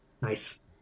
Nice